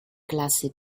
classe